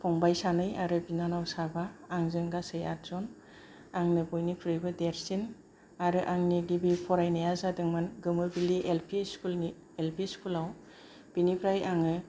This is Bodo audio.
फंबाइ सानै आरो बिनानाव साबा आंजों गासै आदजन आंनो बयनिख्रुइबो देरसिन आरो आंनि गिबि फरायनाया जादोंमोन गोमोबिलि एलपि स्कुल नि एलपि स्कुल आव बेनिफ्राय आङो